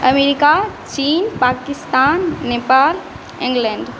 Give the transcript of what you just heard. America चीन Pakistan Nepal England